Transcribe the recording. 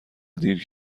دیر